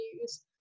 use